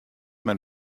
men